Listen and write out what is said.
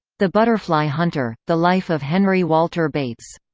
the butterfly hunter the life of henry walter bates.